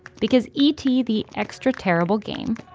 because e t. the extra-terrible game,